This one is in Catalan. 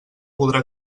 podrà